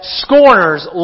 scorners